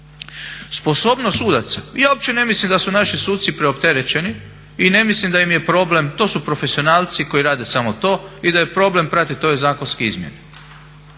Sposobnost sudaca, ja uopće ne mislim da su naši suci preopterećeni i ne mislim da im je problem, to su profesionalci koji rade samo to i da je problem pratiti ove zakonske izmjene.